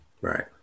Right